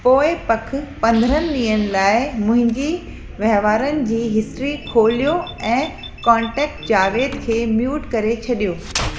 पोइ पख पंद्राहं ॾींअनि लाए मुंहिंजी वहिंवारनि जी हिस्ट्री खोलियो ऐं कॉन्टेक्ट जावेद खे म्यूट करे छॾियो